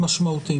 משמעותיים.